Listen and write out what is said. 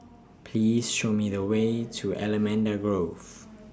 Please Show Me The Way to Allamanda Grove